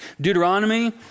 Deuteronomy